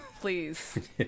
Please